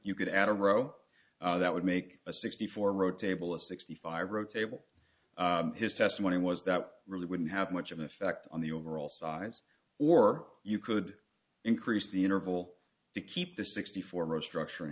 you could add a row that would make a sixty four row table a sixty five row table his testimony was that really wouldn't have much of an effect on the overall size or you could increase the interval to keep the sixty four restructur